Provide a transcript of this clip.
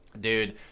Dude